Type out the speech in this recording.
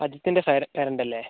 അജിത്തിൻ്റെ ഫാ പാരന്റ് അല്ലേ